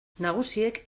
nagusiek